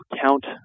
count